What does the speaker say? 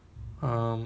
who